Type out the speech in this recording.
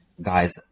guys